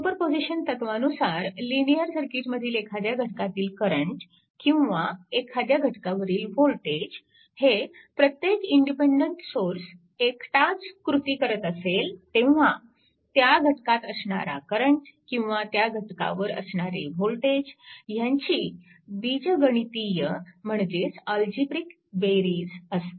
superposition तत्वानुसार linear सर्किटमधील एखाद्या घटकातील करंट किंवा एखाद्या घटकावरील वोल्टेज हे प्रत्येक इंडिपेन्डन्ट सोर्स एकटाच कृती करत असेल तेव्हा त्या घटकात असणारा करंट किंवा त्या घटकावर असणारे वोल्टेज ह्यांची बीजगणितीय म्हणजेच अल्जीब्रिक बेरीज असते